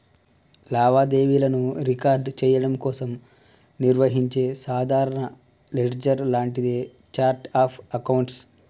లావాదేవీలను రికార్డ్ చెయ్యడం కోసం నిర్వహించే సాధారణ లెడ్జర్ లాంటిదే ఛార్ట్ ఆఫ్ అకౌంట్స్